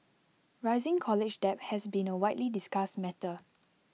rising college debt has been A widely discussed matter